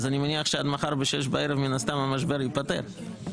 אני מניח שעד מחר ב-18:00 המשבר ייפתר מן הסתם.